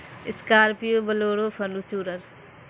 scorpio bolero Fortuner